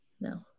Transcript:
No